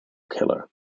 killer